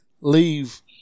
leave